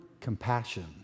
compassion